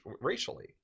racially